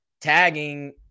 tagging